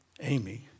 Amy